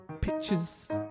Pictures